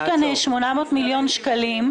יש כאן 800 מיליון שקלים,